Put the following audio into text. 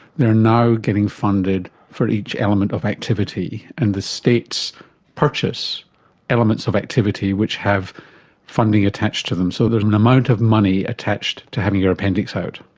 they're now getting funded for each element of activity, and the states purchase elements of activity which have funding attached to them. so there's an amount of money attached to having your appendix out.